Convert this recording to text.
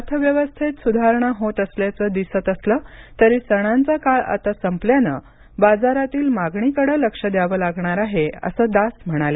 अर्थव्यवस्थेत सुधारणा होत असल्याचं दिसत असलं तरी सणांचा काळ आता संपल्यानं बाजारातील मागणीकडं लक्ष द्यावं लागणार आहे असं दास म्हणाले